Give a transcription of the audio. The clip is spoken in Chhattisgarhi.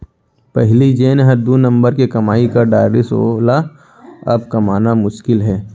पहिली जेन हर दू नंबर के कमाई कर डारिस वोला अब कमाना मुसकिल हे